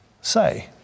say